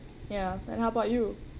ya then how about you